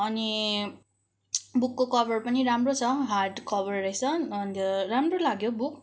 अनि बुकको कभर पनि राम्रो छ हार्डकभर रहेछ अन्त राम्रो लाग्यो बुक